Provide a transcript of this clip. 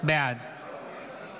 בעד